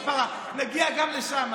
רגע, כבר המבנים, כפרה, נגיע גם לשם.